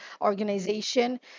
organization